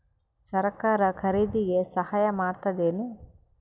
ಸರಕಾರ ಖರೀದಿಗೆ ಸಹಾಯ ಮಾಡ್ತದೇನು?